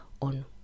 on